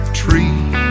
tree